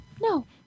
No